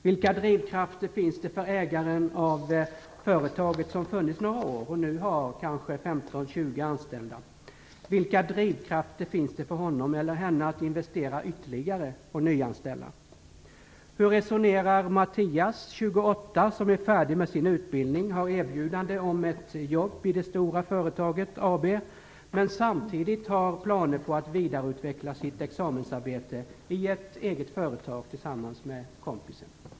Vilka drivkrafter finns det för den som äger ett företag som funnits i några år och nu har 15-20 anställda, att investera ytterligare och nyanställa? Hur resonerar Mattias, 28, som är färdig med sin utbildning, har erbjudande om ett jobb i Det Stora Företaget AB, men samtidigt har planer på att vidareutveckla sitt examensarbete i ett eget företag, tillsammans med kompisen?